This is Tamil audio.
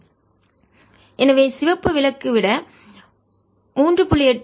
8 எனவே சிவப்பு விளக்கு விட 3